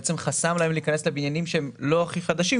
הן חסומות מלהיכנס לבניינים שהם לא הכי חדשים.